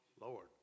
Lord